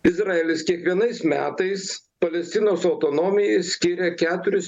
izraelis kiekvienais metais palestinos autonomijai skiria keturis